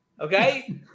okay